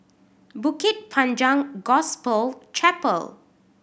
Bukit Panjang Gospel Chapel